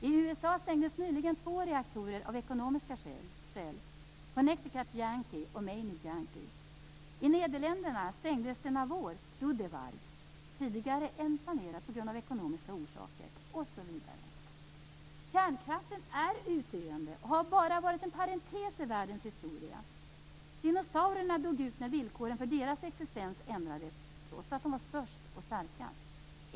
I USA stängdes nyligen två reaktorer av ekonomiska skäl: Connecticut Yankee och Maine Yankee. I Nederländerna stängdes denna vår Dodewaard tidigare än planerat av ekonomiska orsaker osv. Kärnkraften är utdöende och har bara varit en parentes i världens historia. Dinosaurierna dog ut när villkoren för deras existens ändrades, trots att de var störst och starkast.